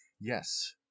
Yes